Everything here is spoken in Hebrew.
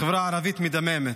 החברה הערבית מדממת.